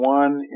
one